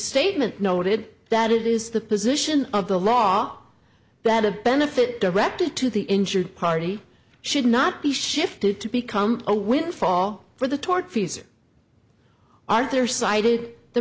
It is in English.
restatement noted that it is the position of the law that a benefit directed to the injured party should not be shifted to become a windfall for the tortfeasor arthur cited the